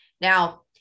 Now